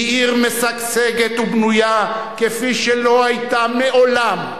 היא עיר משגשגת ובנויה כפי שלא היתה מעולם,